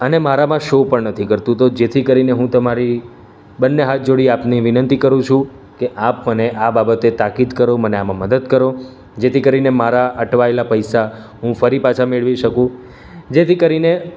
અને મારામાં શો પણ નથી કરતું તો જેથી કરીને હું તમારી બંને હાથ જોડી આપની વિનંતી કરું છું કે આપ મને આ બાબતે તાકીદ કરો મને આમાં મદદ કરો જેથી કરીને મારા અટવાયેલા પૈસા હું ફરી પાછા મેળવી શકું જેથી કરીને